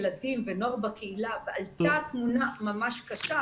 ילדים ונוער בקהילה ועלתה תמונה ממש קשה.